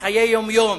חיי יום-יום,